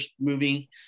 movie